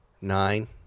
Nine